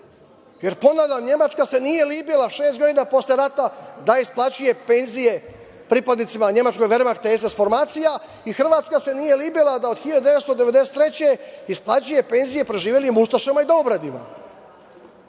jer, ponavljam, Nemačka se nije libila šest godina posle rata da isplaćuje penzije pripadnicima nemačkog Vermahta i SS formacija i Hrvatska se nije libila da od 1993. godine isplaćuje penzije preživelim ustašama. Sad